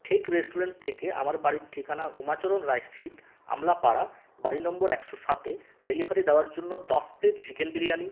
ঠেক রেস্টুরেন্ট থেকে আমার বাড়ির ঠিকানা উমাচরণ রায় স্ট্রিট আমলা পাড়া বাড়ি নম্বর একশো সাতে ডেলিভারি দেওয়ার জন্য দশ প্লেট চিকেন বিরিয়ানি